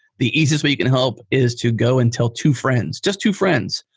the easiest way you can help is to go and tell two friends. just to friends.